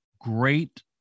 Great